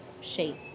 shape